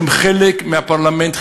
שהם חלק מהפרלמנט,